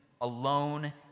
alone